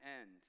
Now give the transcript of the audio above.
end